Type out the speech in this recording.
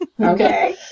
Okay